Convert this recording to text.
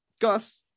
Gus